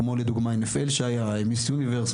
כמו לדוגמא מיס יוניברס,